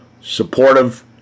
supportive